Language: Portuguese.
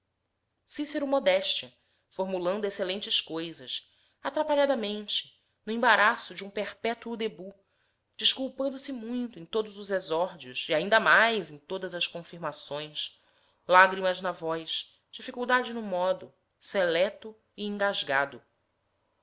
cícero modéstia formulando excelentes coisas atrapalhadamente no embaraço de um perpétuo début desculpando-se muito em todos os exórdios e ainda mais em todas as confirmações lágrimas na voz dificuldade no modo seleto e engasgado